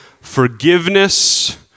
forgiveness